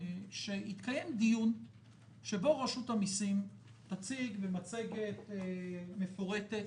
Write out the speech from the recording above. שיתקיים דיון שבו רשות המסים תציג במצגת מפורטת